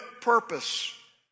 purpose